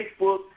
Facebook